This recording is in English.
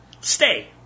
Stay